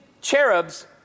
cherubs